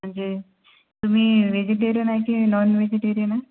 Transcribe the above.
म्हणजे तुम्ही वेजिटेरिअन आहे की नॉन वेजिटेरिअन आहे